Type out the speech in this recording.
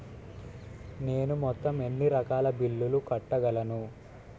నేను మొత్తం ఎన్ని రకాల బిల్లులు కట్టగలను?